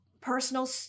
personal